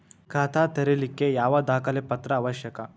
ಖಾತಾ ತೆರಿಲಿಕ್ಕೆ ಯಾವ ದಾಖಲೆ ಪತ್ರ ಅವಶ್ಯಕ?